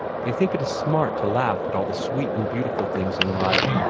they think it is smart to laugh at all the sweet and beautiful things in life,